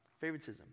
favoritism